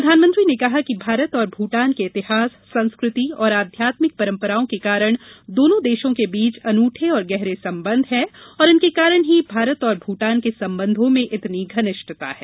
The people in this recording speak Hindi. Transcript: प्रधानमंत्री ने कहा कि भारत और भूटान के इतिहास संस्कृति और आध्यात्मिक परम्पराओं के कारण दोनों देशों के बीच अनूठे और गहरे संबंध हैं और इनके कारण ही भारत और भूटान के संबंधों में इतनी घनिष्ठता है